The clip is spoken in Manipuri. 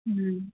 ꯎꯝ